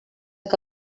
que